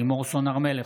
לימור סון הר מלך,